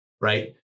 right